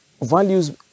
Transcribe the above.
values